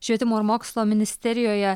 švietimo ir mokslo ministerijoje